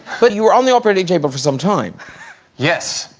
but you were on the operating table for some time yes,